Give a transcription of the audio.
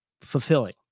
fulfilling